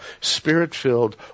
spirit-filled